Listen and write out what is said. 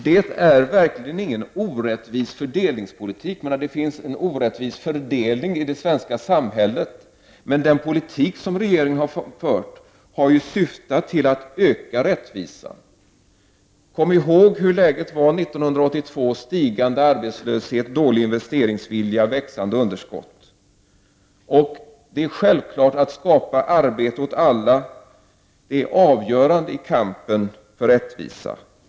Det är verkligen ingen orättvis fördelningspolitik. Det förekommer en orättvis fördelning i det svenska samhället, men den politik som regeringen har fört har syftat till att öka rättvisan. Kom ihåg hur läget var 1982 - stigande arbetslöshet, dålig investeringsvilja, växande underskott. Det är självklart att det är avgörande att skapa arbete åt alla i kampen för rättvisa.